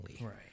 right